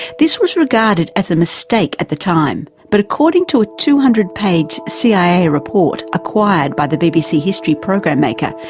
this was regarded as a mistake at the time, but according to a two hundred page cia report acquired acquired by the bbc history program-maker,